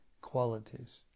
qualities